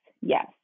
yes